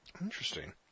Interesting